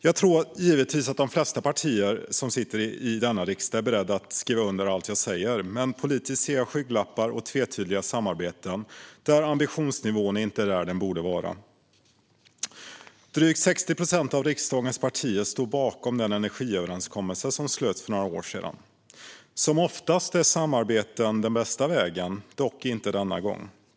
Jag tror givetvis att de flesta partier i denna riksdag är beredda att skriva under på allt jag säger, men politiskt ser jag skygglappar och tvetydiga samarbeten där ambitionsnivån inte är vad den borde vara. Drygt 60 procent av riksdagens partier står bakom energiöverenskommelsen som slöts för några år sedan. Som oftast är samarbete den bästa vägen, dock inte denna gång.